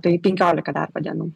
tai penkiolika darbo dienų